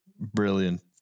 brilliant